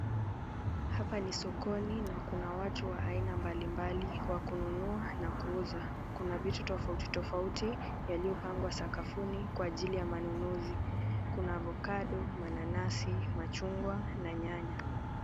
Hapa ni sokoni na kuna watu wa aina mbalimbali wa kununua na kuuza. Kuna vitu tofauti tofauti yaliyopangwa sakafuni kwa ajili ya manunuzi. Kuna avocado, mananasi, machungwa na nyanya.